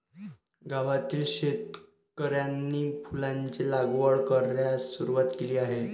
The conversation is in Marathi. गावातील शेतकऱ्यांनी फुलांची लागवड करण्यास सुरवात केली आहे